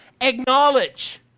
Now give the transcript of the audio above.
acknowledge